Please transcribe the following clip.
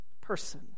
person